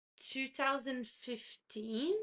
2015